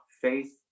faith